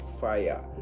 fire